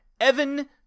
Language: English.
Evan